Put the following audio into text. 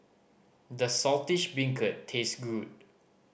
does Saltish Beancurd taste good